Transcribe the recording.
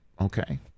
okay